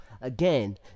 again